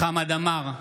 חמד עמאר,